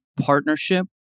partnership